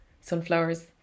sunflowers